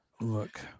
Look